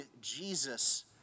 Jesus